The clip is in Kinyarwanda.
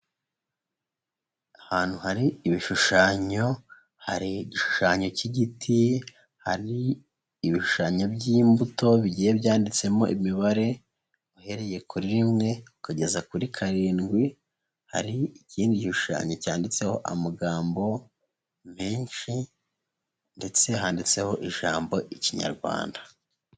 Ahantu hari ibishushanyo hari igishushanyo cy'igiti, hari ibishushanyo by'imbuto bigiye byanditsemo imibare uhereye kuri rimwe ukageza kuri karindwi, hari ikindi gishushanyo cyanditseho amagambo menshi ndetse handitseho ijambo Ikinyarwanda.